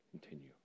continue